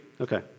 Okay